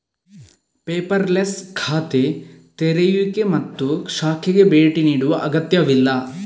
paperless ಖಾತೆ ತೆರೆಯುವಿಕೆ ಮತ್ತು ಶಾಖೆಗೆ ಭೇಟಿ ನೀಡುವ ಅಗತ್ಯವಿಲ್ಲ